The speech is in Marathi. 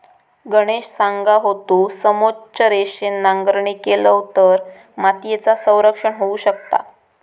गणेश सांगा होतो, समोच्च रेषेन नांगरणी केलव तर मातीयेचा संरक्षण होऊ शकता